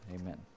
amen